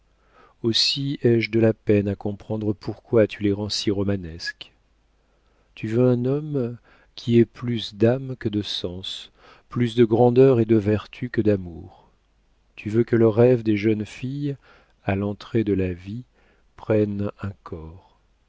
aussi ai-je de la peine à comprendre pourquoi tu les rends si romanesques tu veux un homme qui ait plus d'âme que de sens plus de grandeur et de vertu que d'amour tu veux que le rêve des jeunes filles à l'entrée de la vie prenne un corps